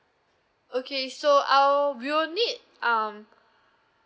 okay so I'll we will need um